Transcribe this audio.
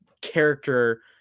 character